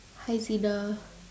hi Zina